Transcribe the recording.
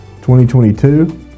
2022